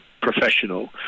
professional